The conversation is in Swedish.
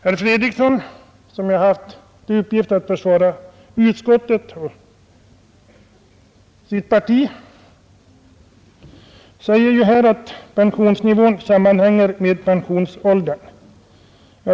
Herr Fredriksson, som haft till uppgift att försvara utskottets och sitt partis ställningstagande, säger att pensionsnivan sammanhänger med pensionsåldern.